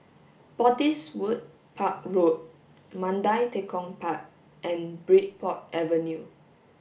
Park Road Mandai Tekong Park and Bridport Avenue